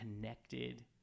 connected